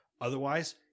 otherwise